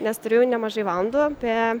nes turiu nemažai valandų apie